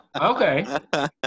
okay